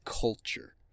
culture